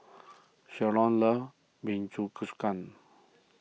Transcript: Shalon loves